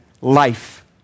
life